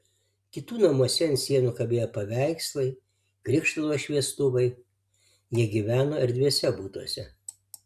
kitų namuose ant sienų kabėjo paveikslai krištolo šviestuvai jie gyveno erdviuose butuose